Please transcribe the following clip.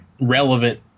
relevant